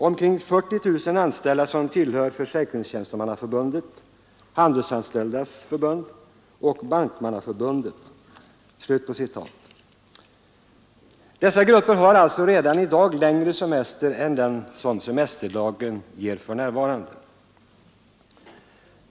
Omkring 40 000 anställda som tillhör Försäkringstjänstemannaförbundet, Handelstjänstemannaförbundet och Bankmannaförbundet.” Dessa grupper har alltså redan i dag längre semester än den som semesterlagen ger för närvarande.